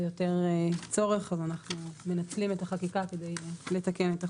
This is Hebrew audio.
יותר צורך אז אנחנו מנצלים את החקיקה כדי לתקן את החוק.